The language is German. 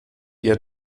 ihr